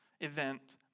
event